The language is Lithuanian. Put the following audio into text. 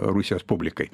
rusijos publikai